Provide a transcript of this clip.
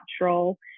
natural